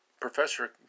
professor